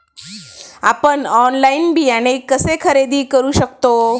आपण ऑनलाइन बियाणे कसे खरेदी करू शकतो?